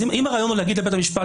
אם הרעיון הוא להגיד לבית המשפט,